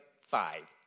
five